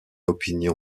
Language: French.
opinion